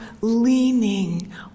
leaning